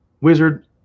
wizard